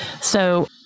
So-